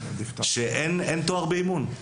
שאין תואר באימון.